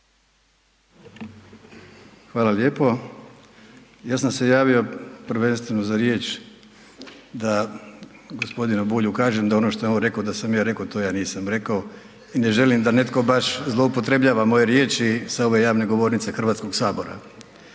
Hvala lijepo. Ja sam se javio prvenstveno za riječ da g. Bulju kažem da ono što je on reko da sam ja reko, to ja nisam rekao i ne želim da netko baš zloupotrebljava moje riječi sa ove javne govornice HS. Ako vi